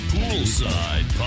Poolside